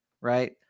right